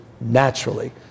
naturally